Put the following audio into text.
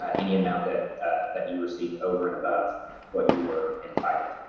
ah any amount that that you received over and above what you were entitled.